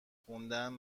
خوندن